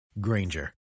Granger